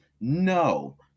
no